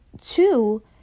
two